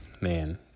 Man